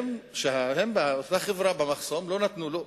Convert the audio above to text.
שהאנשים מאותה חברה במחסום לא נתנו לו,